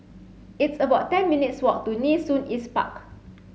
it's about ten minutes' walk to Nee Soon East Park